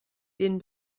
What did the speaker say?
den